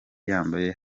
yambaye